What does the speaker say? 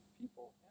people